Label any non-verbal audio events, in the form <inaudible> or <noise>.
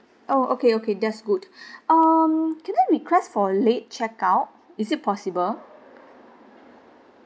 oh okay okay that's good <breath> um can I request for late check out is it possible